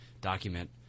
document